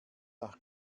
nach